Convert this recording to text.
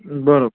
बरं